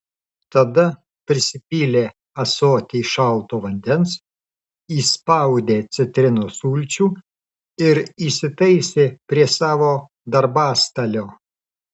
tada prisipylė ąsotį šalto vandens įspaudė citrinos sulčių ir įsitaisė prie savo darbastalio